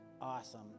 awesome